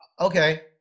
okay